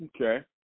Okay